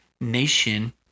Nation